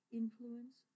influence